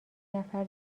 نفر